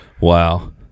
Wow